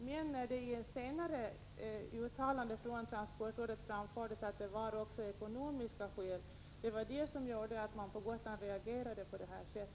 Men när man i senare uttalanden från transportrådet anförde att det också fanns ekonomiska skäl, då reagerade man på Gotland på detta sätt.